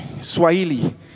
Swahili